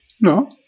No